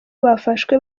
bafashwe